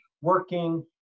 working